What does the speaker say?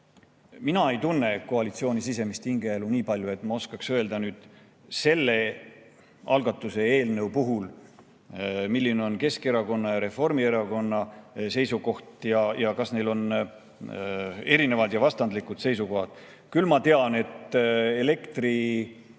mina ei tunne koalitsiooni sisemist hingeelu nii palju, et ma oskaksin öelda nüüd selle algatuse eelnõu puhul, milline on Keskerakonna ja Reformierakonna seisukoht või kas neil on erinevad ja vastandlikud seisukohad. Küll tean ma, et elektri